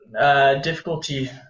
Difficulty